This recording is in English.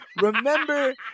Remember